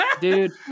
Dude